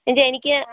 ഇത് എനിക്ക്